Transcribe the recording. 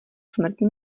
smrti